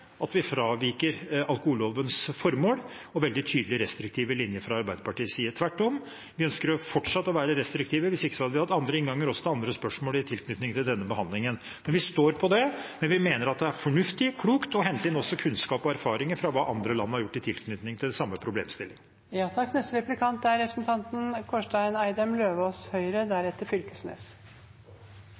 at vi fraviker alkohollovens formål og en veldig tydelig restriktiv linje fra Arbeiderpartiets side. Tvert om, vi ønsker fortsatt å være restriktive. Hvis ikke hadde vi hatt andre innganger også til andre spørsmål i tilknytning til denne behandlingen. Vi står på det, men vi mener det er fornuftig og klokt å hente inn også kunnskap og erfaringer fra andre land om hva de har gjort i tilknytning til de samme problemstillingene. Tilrådingen til vedtak VI, som representanten